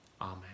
Amen